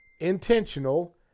Intentional